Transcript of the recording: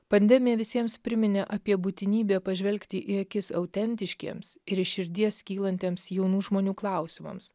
pandemija visiems priminė apie būtinybę pažvelgti į akis autentiškiems ir iš širdies kylantiems jaunų žmonių klausimams